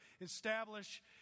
establish